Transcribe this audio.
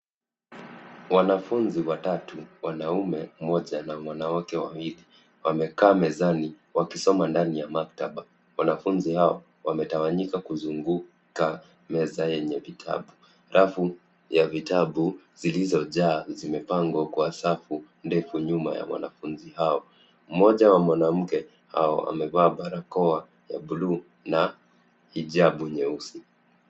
Wanafunzi watatu wanaume, mmoja na wanawake wawili wamekaa mezani wakisoma ndani ya maktaba. Wanafunzi hao wametawanyika kuzunguka meza yenye vitabu. Rafu ya vitabu zlizojaa zimepangwa kwa safu ndefu nyuma na wanafunzi hao. Mmoja wa mwanamke hao amevaa barakoa ya buluu na hijabu nyeusi.